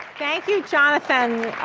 thank you, jonathan.